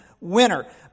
Winner